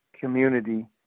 community